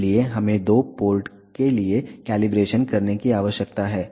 इसलिए हमें दो पोर्ट के लिए कैलिब्रेशन करने की आवश्यकता है